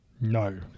No